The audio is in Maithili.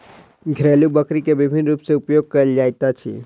घरेलु बकरी के विभिन्न रूप सॅ उपयोग कयल जाइत अछि